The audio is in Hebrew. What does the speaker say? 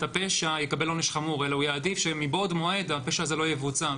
הפשע יקבל עונש חמור אלא שמבעוד מועד הפשע הזה לא יבוצע.